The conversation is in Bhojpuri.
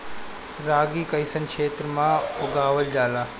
रागी कइसन क्षेत्र में उगावल जला?